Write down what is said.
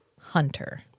hunter